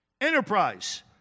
Enterprise